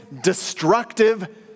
destructive